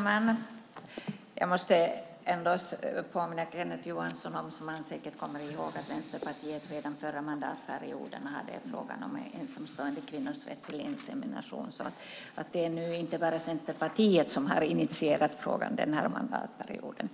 Fru talman! Jag måste ändå påminna Kenneth Johansson - han kommer säkert ihåg det - om att Vänsterpartiet redan förra mandatperioden hade uppe frågan om ensamstående kvinnors rätt till insemination. Det är inte bara Centerpartiet som har initierat frågan under den här mandatperioden.